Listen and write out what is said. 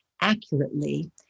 accurately